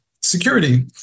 security